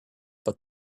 but